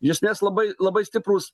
jūs nes labai labai stiprūs